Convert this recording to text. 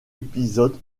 épisode